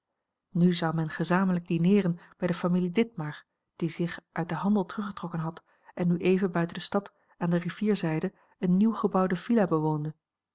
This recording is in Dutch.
nu zou men gezamenlijk dineeren bij de familie ditmar die zich uit den handel teruggetrokken had en nu even buiten de stad aan de rivierzijde eene nieuw gebouwde villa bewoonde